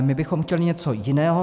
My bychom chtěli něco jiného.